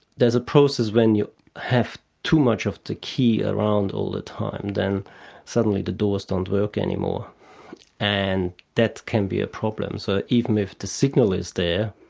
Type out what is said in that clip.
there's a process, when you have too much of the key around all the time, then suddenly the doors don't work anymore and that can be a problem. so even if the signal is there,